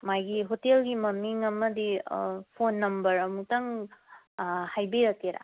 ꯃꯥꯒꯤ ꯍꯣꯇꯦꯜꯒꯤ ꯃꯃꯤꯡ ꯑꯃꯗꯤ ꯐꯣꯟ ꯅꯝꯕꯔ ꯑꯃꯨꯛꯇꯪ ꯍꯥꯏꯕꯤꯔꯛꯀꯦꯔꯥ